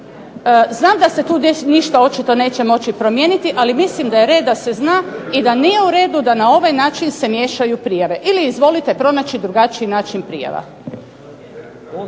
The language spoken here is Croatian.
Znam da se tu ništa očito neće promijeniti, ali mislim da je red da se zna i da nije uredu da se na ovaj način miješaju prijave ili izvolite pronaći drugačiji način prijava.